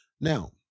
Now